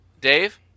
Dave